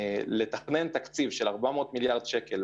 לתכנן תקציב של 400 מיליארד שקלים,